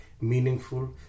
meaningful